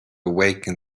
awaken